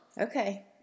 Okay